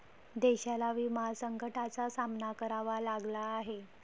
देशाला विमा संकटाचा सामना करावा लागला आहे